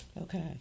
Okay